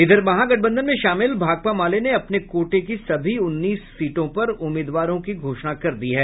इधर महागठबंधन में शामिल भाकपा माले ने अपने कोटे की सभी उन्नीस सीटों पर उम्मीदवारों की घोषणा कर दी है